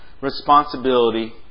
responsibility